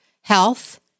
health